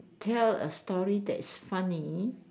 tell a story that is funny